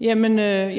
jeg